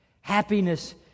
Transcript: Happiness